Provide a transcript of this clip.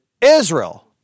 Israel